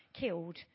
killed